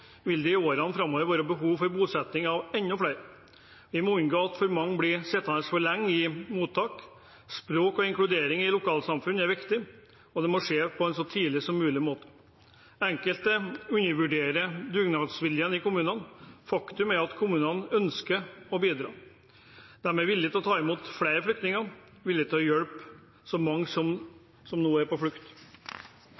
vil det i årene framover være behov for bosetting av enda flere. Vi må unngå at for mange blir sittende for lenge i mottak. Språk og inkludering i lokalsamfunn er viktig, og det må skje så tidlig som mulig. Enkelte undervurderer dugnadsviljen i kommunene. Faktum er at kommunene ønsker å bidra. De er villig til å ta imot flere flyktninger, villig til å hjelpe mange som nå er på flukt,